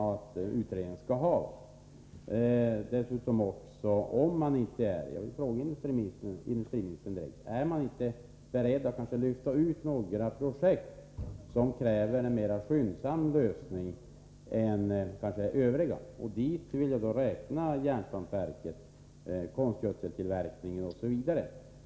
att utredningen skall ha. Dessutom vill jag fråga industriministern: Är man inte beredd att lyfta ut några projekt som kanske kräver en mera skyndsam lösning än övriga? Dit vill jag i så fall räkna exempelvis järnsvampverket och konstgödseltillverkningen.